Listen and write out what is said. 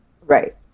Right